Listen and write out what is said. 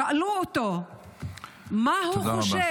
שאלו אותו מה הוא חושב -- תודה רבה.